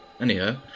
Anyhow